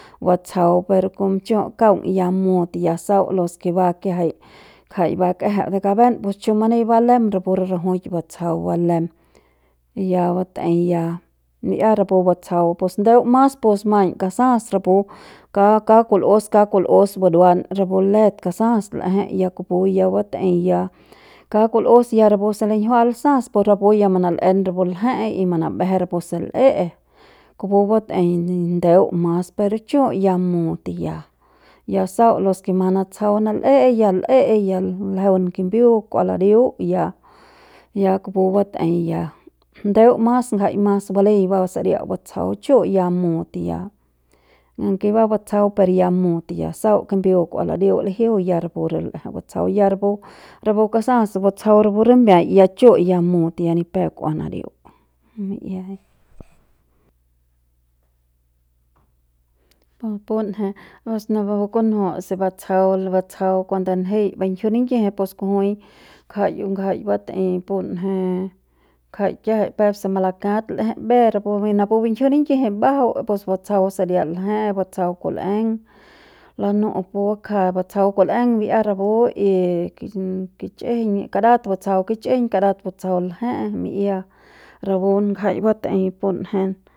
Batsjau per kon chu kaung ya mut ya sau los ke ba kiajai ngjai bakejep ne kaben pus chumani ba lem rapu re rajui batsjau ba lem y ya batei ya mi'ia rapu batsjau pus ndeu mas pus maiñ kasas rapu ka ka kul'us ka kul'us buruan rapu let kasas l'ejei ya kupu ya bat'ei ya ka kul'us ya rapu se limjiua'at sas ya rapu ya manal'en rapu l'eje y manambejen rapu se l'e'e kupu bat'ei ndeu mas pero chu ya mut ya ya sau los ke manatsjau manal'e'e ya l'e'e ya ljeun kimbiu kua ladiu ya ya kupu batei ya ndeu mas jai mas balaei saria batsjau chu ya mut ya aunque ba batsjau per ya mut ya sau kimbiu kua ladiu lijiuñ ya rapu re l'eje batsjau ya rapu kasas batsjau rapu rimbiaiñ ya chu ya mut ya ni peuk kua nadiu. pu punje pus napu kunju se batsjau batsjau cuando njei bingjiu ningiji pus kujui ngjai ngjai bat'ei punje ngjai kiajai peuk se malakat l'eje mbe rapu napu bingjiu nigiji mbajau pus batsjau saria lje'e batsjau kul'eng lanu pu bakja batsjau kul'eng bi'ia rapu y ki kich'ijiñ karat batsjau kich'ijiñ karat batsjau lje'e mi'ia rapu ngjai bat'ei punje.